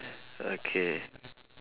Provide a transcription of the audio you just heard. okay